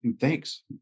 thanks